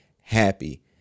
happy